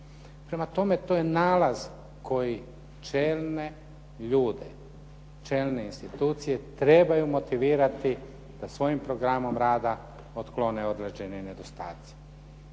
Prema tome, to je nalaz koji čelne ljude, čelne institucije trebaju motivirati da svojim programom rada otklone određene nedostatke.